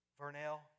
Vernell